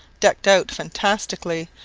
decked out fantastically,